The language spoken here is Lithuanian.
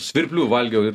svirplių valgiau ir